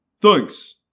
Thanks